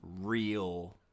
real